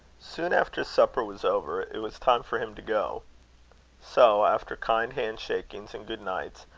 soon after supper was over, it was time for him to go so, after kind hand-shakings and good nights,